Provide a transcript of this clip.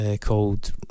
called